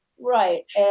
Right